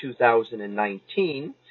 2019